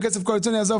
ועזוב,